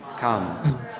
Come